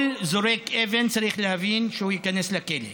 כל זורק אבן צריך להבין שהוא ייכנס לכלא.